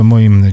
Moim